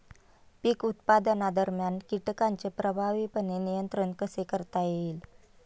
पीक उत्पादनादरम्यान कीटकांचे प्रभावीपणे नियंत्रण कसे करता येईल?